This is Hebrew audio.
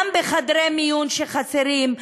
גם בחדרי מיון שחסרים,